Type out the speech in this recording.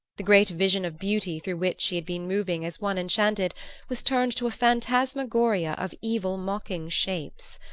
the great vision of beauty through which she had been moving as one enchanted was turned to a phantasmagoria of evil mocking shapes.